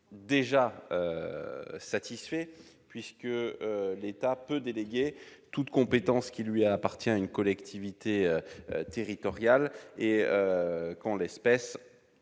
est satisfait, puisque l'État peut déjà déléguer toute compétence qui lui est propre à une collectivité territoriale et qu'en l'espèce,